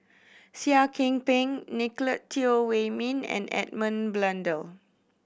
Seah Kian Peng Nicolette Teo Wei Min and Edmund Blundell